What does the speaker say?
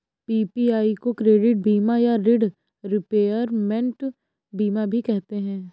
PPI को credit बीमा या ॠण रिपेयरमेंट बीमा भी कहते हैं